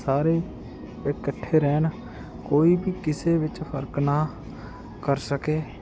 ਸਾਰੇ ਇਕੱਠੇ ਰਹਿਣ ਕੋਈ ਵੀ ਕਿਸੇ ਵਿੱਚ ਫਰਕ ਨਾ ਕਰ ਸਕੇ